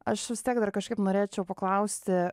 aš vis tiek dar kažkaip norėčiau paklausti